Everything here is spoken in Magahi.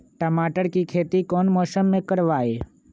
टमाटर की खेती कौन मौसम में करवाई?